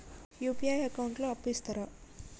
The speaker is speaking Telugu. యూ.పీ.ఐ అకౌంట్ లో అప్పు ఇస్తరా?